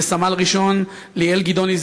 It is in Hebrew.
וסמל ראשון ליאל גדעוני,